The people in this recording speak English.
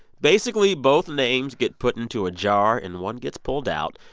basically both names get put into a jar and one gets pulled out.